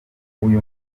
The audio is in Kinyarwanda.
uyu